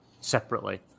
separately